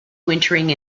wintering